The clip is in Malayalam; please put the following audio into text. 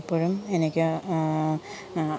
ഇപ്പോഴും എനിക്ക്